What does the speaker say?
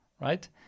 right